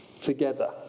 together